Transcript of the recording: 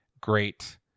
great